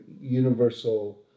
Universal